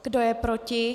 Kdo je proti?